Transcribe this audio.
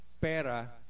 pera